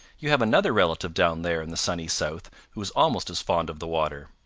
you have another relative down there in the sunny south who is almost as fond of the water.